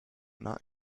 not